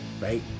right